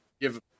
give